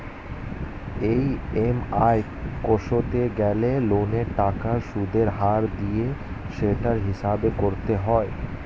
EMI কষতে গেলে লোনের টাকার সুদের হার দিয়ে সেটার হিসাব করতে হয়